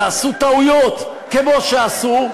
ועשו טעויות כמו שעשו,